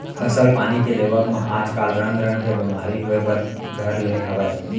फसल पानी के लेवब म आज काल रंग रंग के बेमारी होय बर घर ले हवय